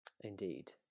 Indeed